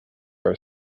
are